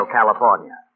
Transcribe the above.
California